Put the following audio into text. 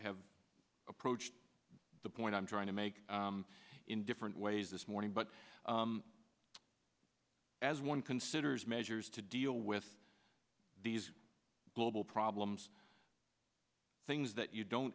have approached the point i'm trying to make in different ways this morning but as one considers measures to deal with these global problems things that you don't